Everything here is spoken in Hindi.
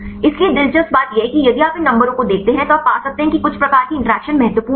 इसलिए दिलचस्प बात यह है कि यदि आप इन नंबरों को देखते हैं तो आप पा सकते हैं कि कुछ प्रकार की इंटरैक्शन महत्वपूर्ण है